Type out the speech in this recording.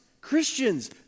Christians